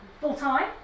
full-time